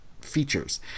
features